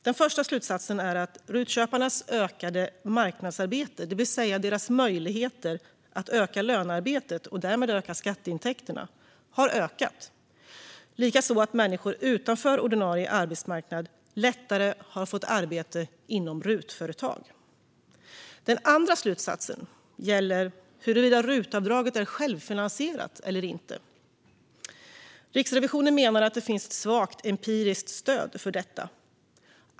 Den första slutsatsen är att RUT-köparnas ökade marknadsarbete, det vill säga deras möjligheter att öka lönearbetet och därmed öka skatteintäkterna, har ökat, likaså att människor utanför ordinarie arbetsmarknad lättare har fått arbete inom RUT-företag. Riksrevisionens rapport om RUTavdraget Den andra slutsatsen gäller huruvida RUT-avdraget är självfinansierat. Riksrevisionen menar att det finns svagt empiriskt stöd för detta.